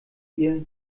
ihr